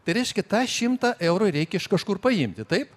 tai reiškia tą šimtą eurų reik iš kažkur paimti taip